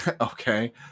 okay